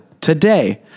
today